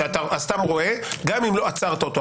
שאתה רואה גם אם לא עצרת אותו.